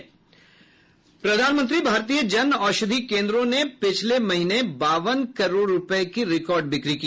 प्रधानमंत्री भारतीय जनऔषधि केंद्रों ने पिछले महीने बावन करोड रूपये की रिकॉर्ड बिक्री की